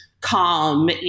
calm